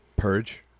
Purge